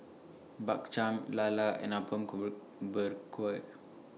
Bak Chang Lala and Apom group Berkuah